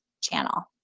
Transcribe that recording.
channel